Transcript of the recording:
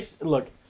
look